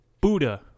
Buddha